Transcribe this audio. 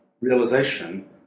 realization